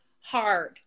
hard